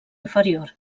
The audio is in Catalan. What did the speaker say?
inferior